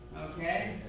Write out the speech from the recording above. Okay